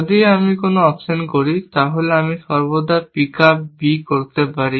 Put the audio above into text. যদি আমি কোন অপশন করি তাহলে আমি সর্বদা একটি পিক আপ b করতে পারি